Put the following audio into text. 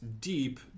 deep